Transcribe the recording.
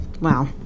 wow